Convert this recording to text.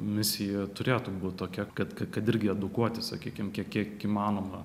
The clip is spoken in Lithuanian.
misija turėtų būt tokia kad kad irgi edukuoti sakykime kiek kiek įmanoma